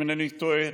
אם אינני טועה,